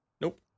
Nope